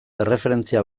erreferentzia